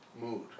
mood